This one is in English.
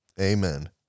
Amen